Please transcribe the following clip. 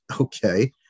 Okay